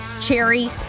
Cherry